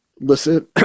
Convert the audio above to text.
listen